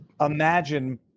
imagine